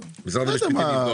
משרד המשפטים יבדוק.